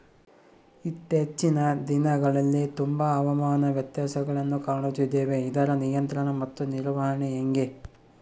ಇತ್ತೇಚಿನ ದಿನಗಳಲ್ಲಿ ತುಂಬಾ ಹವಾಮಾನ ವ್ಯತ್ಯಾಸಗಳನ್ನು ಕಾಣುತ್ತಿದ್ದೇವೆ ಇದರ ನಿಯಂತ್ರಣ ಮತ್ತು ನಿರ್ವಹಣೆ ಹೆಂಗೆ?